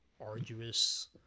arduous